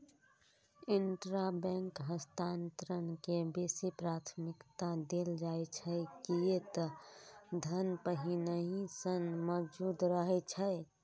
intrabank हस्तांतरण के बेसी प्राथमिकता देल जाइ छै, कियै ते धन पहिनहि सं मौजूद रहै छै